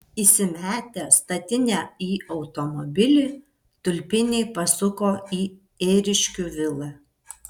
įsimetę statinę į automobilį tulpiniai pasuko į ėriškių vilą